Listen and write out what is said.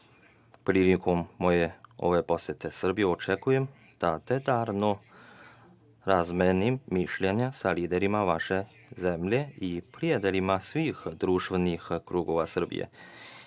ove moje posete Srbiji očekujem da detaljno razmenim mišljenja sa liderima vaše zemlje i prijateljima svih društvenih krugova Srbije